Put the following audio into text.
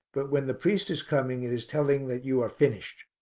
but when the priest is coming it is telling that you are finished.